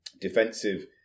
defensive